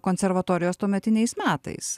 konservatorijos tuometiniais metais ane